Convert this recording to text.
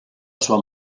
sua